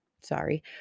Sorry